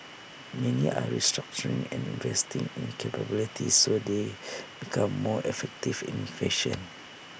many are restructuring and investing in capabilities so they become more effective and efficient